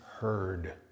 heard